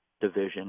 division